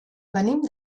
venim